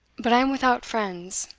but i am without friends,